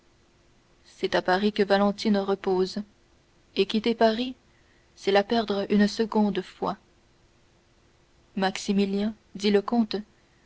c'est à paris que valentine repose et quitter paris c'est la perdre une seconde fois maximilien dit le comte